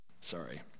Sorry